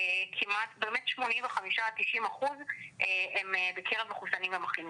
באמת 85% עד 90% הם בקרב מחוסנים ומחלימים.